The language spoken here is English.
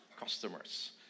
customers